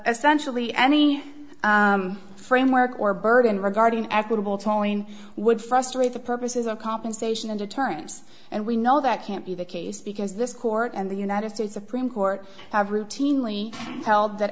essentially any framework or burden regarding equitable tolling would frustrate the purposes of compensation and attorneys and we know that can't be the case because this court and the united states supreme court have routinely held that